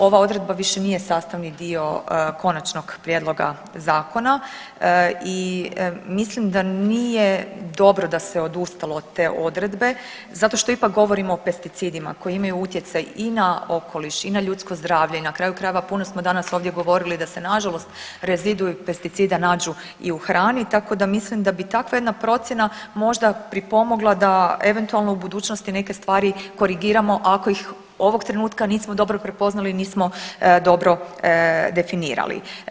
Ova odredba više nije sastavni dio konačnog prijedloga zakona i mislim da nije dobro da se odustalo od te odredbe zato što ipak govorimo o pesticidima koji imaju utjecaj i na okoliš i na ljudsko zdravlje i na kraju krajeva puno smo danas ovdje govorili da se nažalost rezidui pesticida nađu i u hrani, tako da mislim da bi takva jedna procjena možda pripomogla da eventualno u budućnosti neke stvari korigiramo ako ih ovog trenutka nismo dobro prepoznali jer nismo dobro definirali.